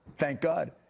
thank god.